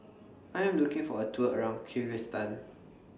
I Am looking For A Tour around Kyrgyzstan